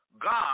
God